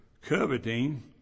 coveting